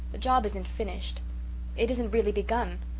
the job isn't finished it isn't really begun.